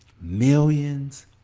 millions